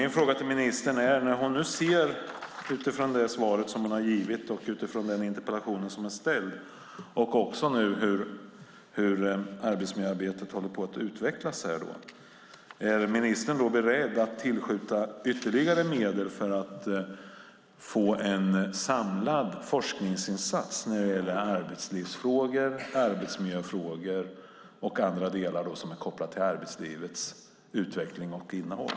När ministern nu ser hur arbetsmiljöarbetet utvecklas, är ministern då beredd att tillskjuta ytterligare medel för att få en samlad forskningsinsats när det gäller arbetslivsfrågor, arbetsmiljöfrågor och annat som är kopplat till arbetslivets utveckling och innehåll?